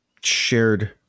shared